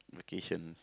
location